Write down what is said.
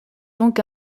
donc